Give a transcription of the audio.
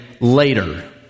later